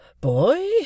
boy